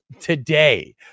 today